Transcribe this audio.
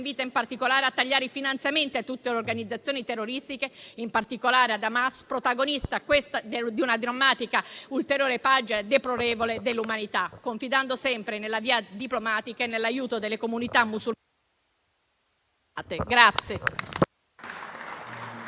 invita, in particolare, a tagliare i finanziamenti a tutte le organizzazioni terroristiche, in particolare ad Hamas, protagonista di una drammatica ulteriore deplorevole pagina dell'umanità, confidando sempre nella via diplomatica e nell'aiuto delle comunità musulmane moderate.